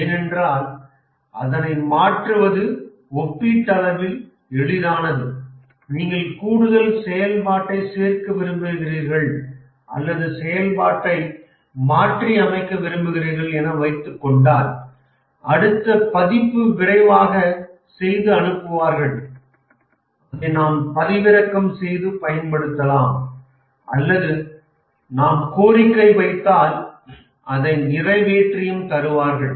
ஏனென்றால் அதனை மாற்றுவது ஒப்பீட்டளவில் எளிதானது நீங்கள் கூடுதல் செயல்பாட்டைச் சேர்க்க விரும்புகிறீர்கள் அல்லது செயல்பாட்டை மாற்றியமைக்க விரும்புகிறீர்கள் என வைத்துக்கொண்டால் அடுத்த பதிப்பு விரைவாகத் செய்து அனுப்புவார்கள் அதை நாம் பதிவிறக்கம் செய்து பயன்படுத்தலாம் அல்லது நாம் கோரிக்கை வைத்தால் அதை நிறைவேற்றியும் தருவார்கள்